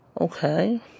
Okay